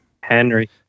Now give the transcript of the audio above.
henry